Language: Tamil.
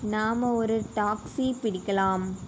நாம் ஒரு டாக்ஸி பிடிக்கலாம்